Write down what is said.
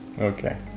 Okay